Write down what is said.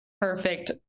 perfect